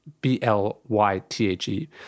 B-L-Y-T-H-E